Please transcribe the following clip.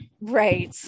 right